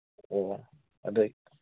ꯑꯣ ꯑꯣ ꯑꯗꯨ ꯑꯩ